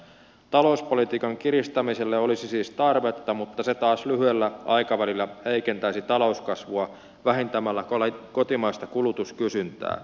talouspolitiikan kiristämiselle olisi siis tarvetta mutta se taas lyhyellä aikavälillä heikentäisi talouskasvua vähentämällä kotimaista kulutuskysyntää